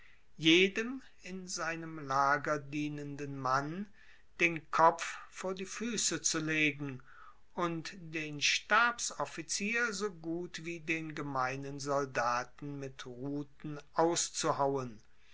jedem in seinem lager dienenden mann den kopf vor die fuesse zu legen und den stabsoffizier so gut wie den gemeinen soldaten mit ruten auszuhauen